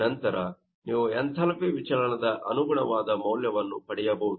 ನಂತರ ನೀವು ಎಂಥಾಲ್ಪಿ ವಿಚಲನದ ಅನುಗುಣವಾದ ಮೌಲ್ಯವನ್ನು ಪಡೆಯಬಹುದು